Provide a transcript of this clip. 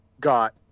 got